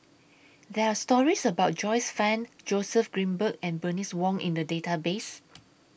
There Are stories about Joyce fan Joseph Grimberg and Bernice Wong in The Database